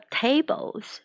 tables